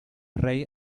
rey